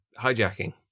hijacking